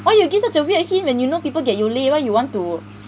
why you give such a weird hint when you know people get yole why you want to